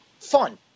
fun